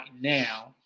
now